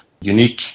unique